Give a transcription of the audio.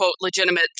legitimate